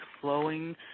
flowing